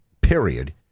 period